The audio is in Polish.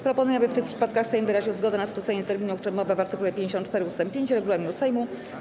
Proponuję, aby w tych przypadkach Sejm wyraził zgodę na skrócenie terminu, o którym mowa w art. 54 ust. 5 regulaminu Sejmu.